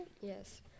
yes